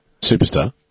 superstar